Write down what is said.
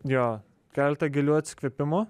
jo keletą gilių atsikvėpimų